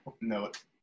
note